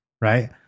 right